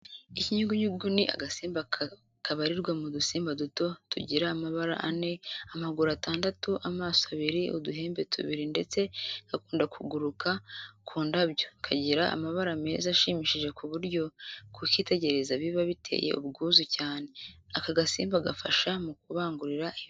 Ikinyugunyugu ni agasimba kabarirwa mu dusimba duto tugira amababa ane, amaguru atandatu, amaso abiri, uduhembe tubiri ndetse gakunda kugurukua ku ndabyo. Kagira amabara meza ashimishije ku buryo kukitegereza biba biteye ubwuzu cyane. Aka gasimba gafasha mu kubangurira ibimera.